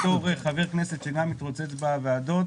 בתור חבר כנסת שגם מתרוצץ בוועדות,